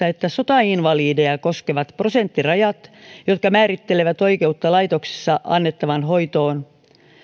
että sotainvalideja koskevat prosenttirajat jotka määrittelevät oikeutta laitoksessa annettavaan hoitoon